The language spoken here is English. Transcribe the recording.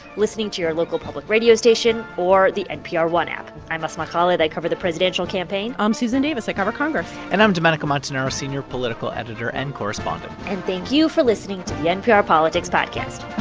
listening to your local public radio station or the npr one app. i'm asma khalid. i cover the presidential campaign i'm susan davis. i cover congress and i'm domenico montanaro, senior political editor and correspondent and thank you for listening to npr politics podcast